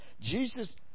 Jesus